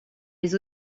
les